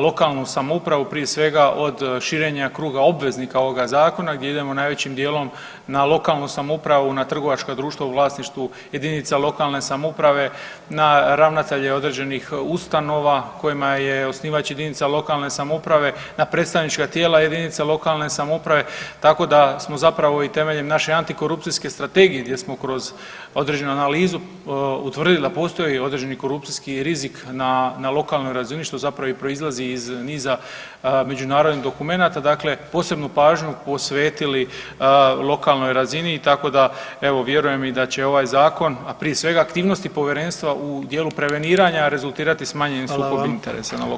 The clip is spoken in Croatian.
lokalnu samoupravu, prije svega, od širenja kruga obveznika ovoga Zakona gdje idemo najvećim dijelom na lokalnu samoupravu, na trgovačka društva u vlasništvu jedinica lokalne samouprave, na ravnatelje određenih ustanova kojima je osnivač jedinica lokalne samouprave, na predstavnička tijela jedinica lokalne samouprave, tako da smo zapravo i temeljem naše antikorupcijske strategije gdje smo kroz određenu analizu utvrdili da postoji određeni korupcijski rizik na lokalnoj razini, što zapravo i proizlazi iz niza međunarodnih dokumenata, dakle posebnu pažnju posvetili lokalnoj razini, tako da evo vjerujem i da će ovaj Zakon, a prije svega aktivnosti Povjerenstva u dijelu preveniranja rezultirati smanjenim sukobom interesa na lokalnoj.